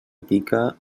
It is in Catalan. pica